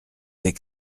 des